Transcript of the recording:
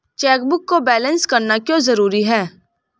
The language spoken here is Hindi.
चेकबुक को बैलेंस करना क्यों जरूरी है?